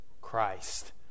Christ